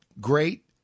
great